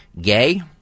Gay